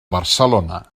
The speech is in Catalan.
barcelona